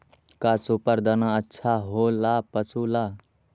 का सुपर दाना अच्छा हो ला पशु ला?